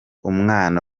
umwana